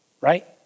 right